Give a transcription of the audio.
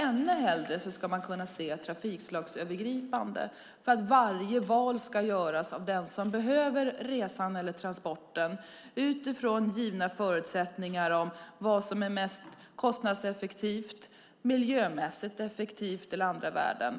Ännu hellre ska man kunna se ett trafikslagsövergripande, för varje val ska göras av den som behöver resan eller transporten utifrån givna förutsättningar för vad som är mest kostnadseffektivt, miljömässigt effektivt eller andra värden.